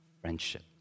friendship